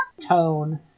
tone